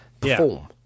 perform